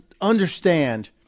understand